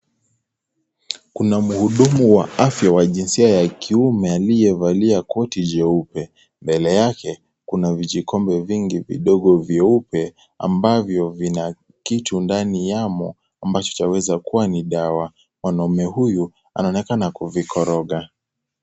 Kuna mhudumu wa afya wa jinsia ya kiume aliyevalia koti jeupe. Mbele yake, kuna vijikombe vingi vidogo vyeupe, ambavyo vina kitu ndani yamo ambacho chaweza kuwa ni dawa. Mwanaume huyu, anaonekana kuvikoroga.